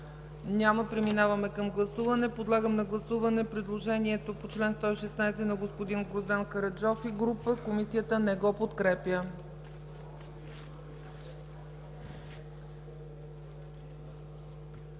Няма. Преминаваме към гласуване. Подлагам на гласуване предложението по чл. 116 на господин Гроздан Караджов и група народни